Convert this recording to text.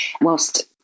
whilst